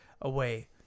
away